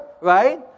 right